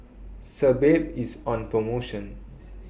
Sebamed IS on promotion